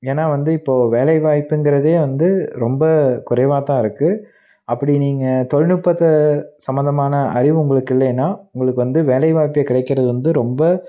ஏன்னா வந்து இப்போ வேலைவாய்ப்புங்கிறதே வந்து ரொம்ப குறைவாக தான் இருக்கு அப்படி நீங்கள் தொழில்நுட்பத்தை சம்பந்தமான அறிவு உங்களுக்கு இல்லைனா உங்களுக்கு வந்து வேலைவாய்ப்பே கிடைக்கிறது வந்து ரொம்ப